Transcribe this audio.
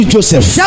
Joseph